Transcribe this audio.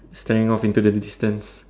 staring off into the distance